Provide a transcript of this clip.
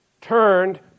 turned